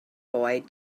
boy